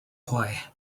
why